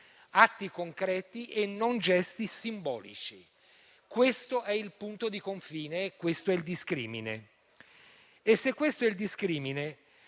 atti concreti e non gesti simbolici. Questo è il punto di confine e questo è il discrimine. Se questo è il discrimine,